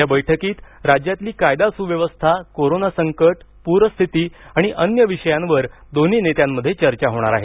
या बैठकीत राज्यातली कायदा सुव्यवस्था कोरोना संकट पूरस्थिती आणि अन्य विषयांवर दोन्ही नेत्यांमध्ये चर्चा होणार आहे